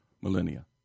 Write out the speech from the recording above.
Millennia